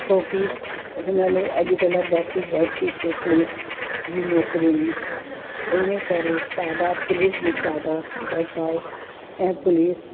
छो की हिन में अॼुकल्ह भर्ती घटि थी थिए पुलिस जी नौकरियुनि में इन करे तादादु पुलिस जी त तादादु घटि आहे ऐं पुलिस